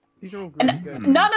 None